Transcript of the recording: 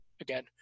again